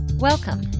Welcome